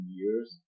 years